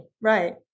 right